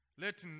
Let